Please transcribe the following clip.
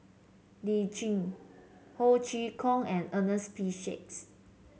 Lee Tjin Ho Chee Kong and Ernest P Shanks